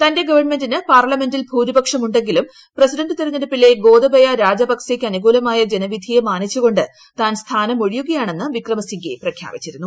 തന്റെ ഗവൺമെന്റിന് പാർലമെന്റിൽ ഭൂരിപക്ഷം ഉ െ ങ്കിലും പ്രസിഡന്റ് തെരഞ്ഞെടുപ്പിലെ ഗോതബയ രാജപക്സെയ്ക്ക് അനുകൂലമായ ജനവിധിയെ മാനിച്ചുകൊ ് താൻ സ്ഥാനം ഒഴിയുകയാണെന്ന്വിക്രമസിംഗെ പ്രഖ്യാപിച്ചിരുന്നു